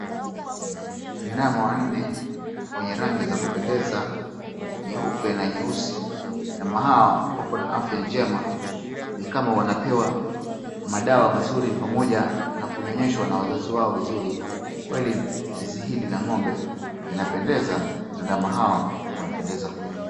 Ndama wanne wenye rangi za kupendeza nyeupe na nyeusi. Ndama hawa wako na afya njema ni kama wanapewa dawa nzuri pamoja na kunyonyeshwa na wazazi wao vizuri. Kweli zizi hili la ng'ombe linapendeza na ndama hawa wanapendeza kweli.